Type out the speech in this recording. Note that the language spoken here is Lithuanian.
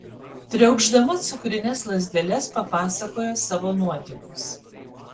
triaukšdama cukrines lazdeles papasakojo savo nuotykius